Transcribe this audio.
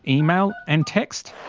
email, and text,